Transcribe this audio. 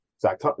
Zach